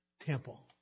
temple